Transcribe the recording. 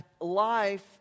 life